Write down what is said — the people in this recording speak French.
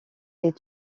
est